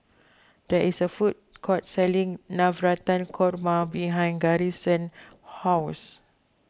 there is a food court selling Navratan Korma behind Garrison's house